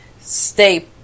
stay